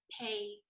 pay